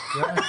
בעד.